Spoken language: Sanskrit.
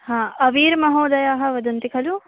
हा अवीरमहोदयः वदन्ति खलु